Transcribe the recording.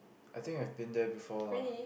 I think I've been there before lah